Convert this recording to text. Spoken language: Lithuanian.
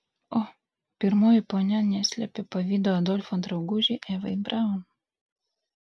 o pirmoji ponia neslėpė pavydo adolfo draugužei evai braun